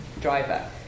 driver